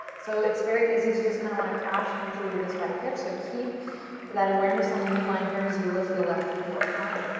so, it's very easy to just kind of want to crash into this right hip, so keep that awareness on the mid-line here as you lift the left knee up high.